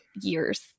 years